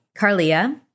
Carlia